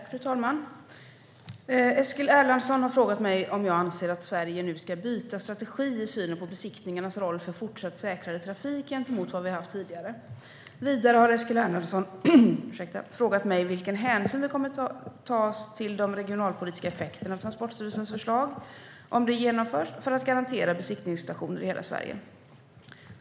Fru talman! Eskil Erlandsson har frågat mig om jag anser att Sverige nu ska byta strategi i synen på besiktningarnas roll för fortsatt säkrare trafik gentemot vad vi haft tidigare. Vidare har Eskil Erlandsson frågat mig vilken hänsyn som kommer att tas till de regionalpolitiska effekterna av Transportstyrelsens förslag, om det genomförs, för att garantera besiktningsstationer i hela Sverige.